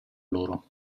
loro